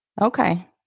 Okay